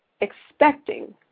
expecting